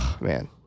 man